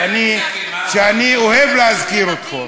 שאני אוהב להזכיר אותו,